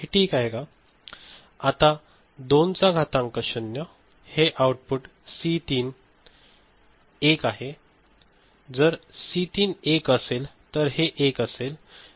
आता 2 चा घातांक 0 हे आउटपुट सी 3 1 आहे जर सी 3 1 असेल तर हे 1 असेल